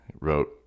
wrote